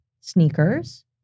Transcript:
sneakers